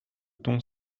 ton